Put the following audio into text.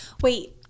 Wait